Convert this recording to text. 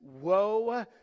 woe